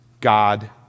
God